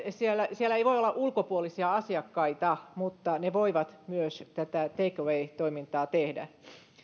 siellä siellä ei voi olla ulkopuolisia asiakkaita mutta ne voivat myös tätä take away toimintaa tehdä